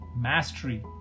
mastery